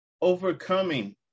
overcoming